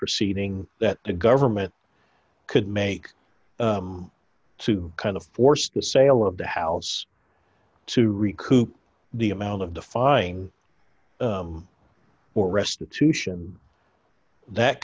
proceeding that the government could make to kind of force the sale of the house to recoup the amount of defying or restitution that